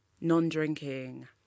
non-drinking